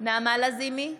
נעמה לזימי,